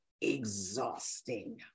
exhausting